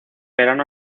verano